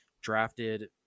drafted